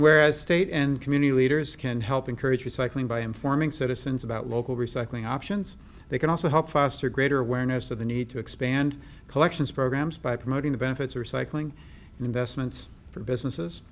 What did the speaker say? whereas state and community leaders can help encourage recycling by informing citizens about local recycling options they can also help foster greater awareness of the need to expand collections programs by promoting the benefits or cycling investments for businesses